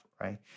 right